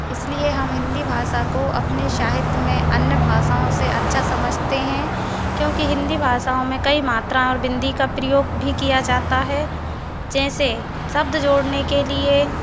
इसलिए हम हिंदी भाषा को अपने साहित्य में अन्य भाषा भाषाओं से अच्छा समझते हैं क्योंकि हिंदी भाषाओं में कई मात्रा और बिंदी का प्रयोग भी किया जाता है जैसे शब्द जोड़ने के लिए